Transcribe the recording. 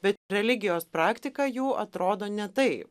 bet religijos praktika jų atrodo ne taip